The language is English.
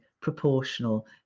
proportional